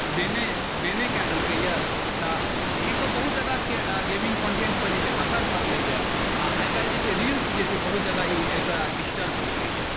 बैने कऽ देलकै अइ तऽ एहिपर बहुत ज्यादा गेमिङ्ग कन्टेन्टपर जे छै से असरि पड़लै अइ आओर आइकाल्हि जे छै रील्स जे छै बहुत ज्यादा एकरा ई डिस्टर्ब केलकैए